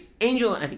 angel